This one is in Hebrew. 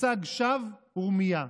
מצג שווא ורמייה.